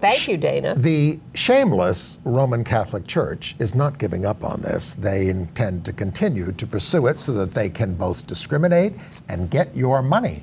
thank you dana the shameless roman catholic church is not giving up on this they intend to continue to pursue it so that they can both discriminate and get your money